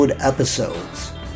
episodes